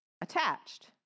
attached